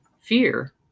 fear